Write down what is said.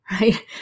Right